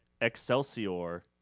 Excelsior